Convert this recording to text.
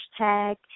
hashtag